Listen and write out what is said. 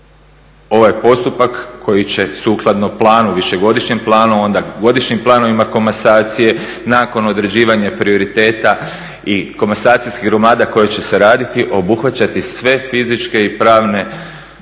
Ovo je postupak koji će sukladno višegodišnjem planu onda godišnjim planovima komasacije nakon određivanja prioriteta i komasacijskih gromada koje će se raditi obuhvaćati sve fizičke i pravne osobe